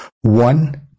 One